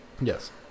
Yes